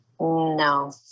No